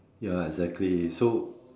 ya exactly so